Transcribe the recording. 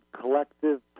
collective